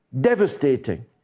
devastating